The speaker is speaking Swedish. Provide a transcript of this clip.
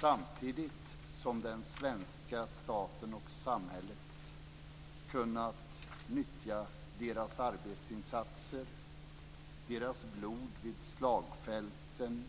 Samtidigt har den svenska staten och samhället kunnat nyttja deras arbetsinsatser och deras blod vid slagfälten